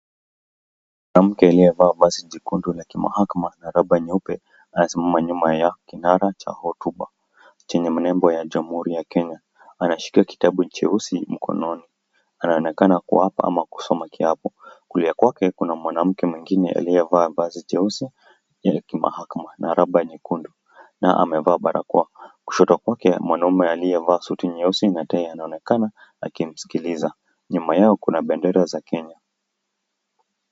Mwanamke aliyevaa vazi jekundu ya kimahakama na raba nyeupe anasimama nyuma ya kinara cha hotuba chenye mnembo wa jamhuri ya Kenya. Anashika kitabu cheusi mkononi anaonekana kuapa ama kusoma kiapo. Kulia kwake kuna mwanamke mwingine aliyevaa vazi jeusi ya kimahakana na raba nyekundu na amevaa barakoa. Kushoto kwake mwaume aliyevaa suti nyeusi na tai anaonekana akimsikiliza, nyuma yao kuna bendera za Kenya.